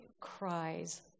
cries